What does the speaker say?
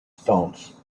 stones